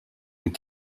and